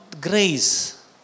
grace